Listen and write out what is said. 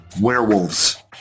werewolves